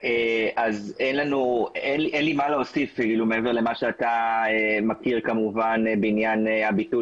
אין לי מה להוסיף מעבר למה שאתה מכיר בעניין הביטול